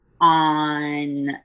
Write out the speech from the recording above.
on